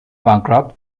bankrupt